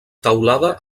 teulada